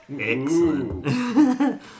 Excellent